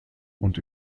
und